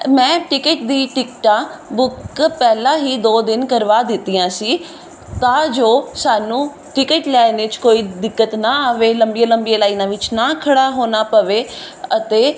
ਮੈਂ ਟਿਕਟ ਦੀ ਟਿਕਟਾਂ ਬੁੱਕ ਪਹਿਲਾਂ ਹੀ ਦੋ ਦਿਨ ਕਰਵਾ ਦਿੱਤੀਆਂ ਸੀ ਤਾਂ ਜੋ ਸਾਨੂੰ ਟਿਕਟ ਲੈਣ 'ਚ ਕੋਈ ਦਿੱਕਤ ਨਾ ਆਵੇ ਲੰਬੀਆਂ ਲੰਬੀਆਂ ਲਾਈਨਾਂ ਵਿੱਚ ਨਾ ਖੜਾ ਹੋਣਾ ਪਵੇ ਅਤੇ